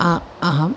अहं